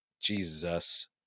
Jesus